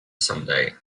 someday